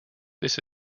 this